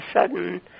sudden